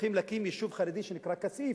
הולכים להקים יישוב חרדי שנקרא כסיף.